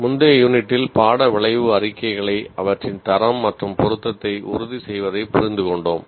முந்தைய யூனிட்டில் பாட விளைவு அறிக்கைகளை அவற்றின் தரம் மற்றும் பொருத்தத்தை உறுதி செய்வதை புரிந்துகொண்டோம்